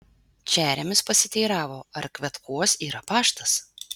čeremis pasiteiravo ar kvetkuos yra paštas